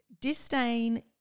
disdain